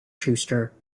schuster